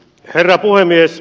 herra puhemies